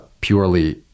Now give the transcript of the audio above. purely